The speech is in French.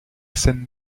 seine